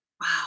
Wow